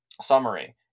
Summary